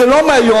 וזה לא מהיום.